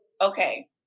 okay